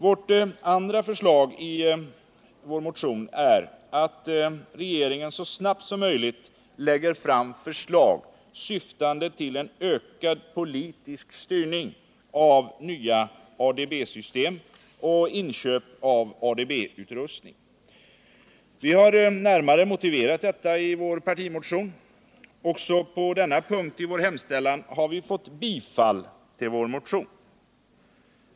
Vårt andra förslag i vår motion är att regeringen så snabbt som möjligt lägger fram förslag syftande till en ökad politisk styrning av nya ADB-system och inköp av ADB-utrustning. Vi har närmare motiverat detta i vår partimotion. Också på denna punkt i vår hemställan har vi fått bifall till vår motion.